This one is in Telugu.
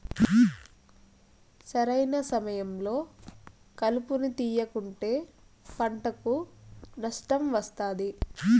సరైన సమయంలో కలుపును తేయకుంటే పంటకు నష్టం వస్తాది